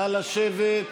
נא לשבת.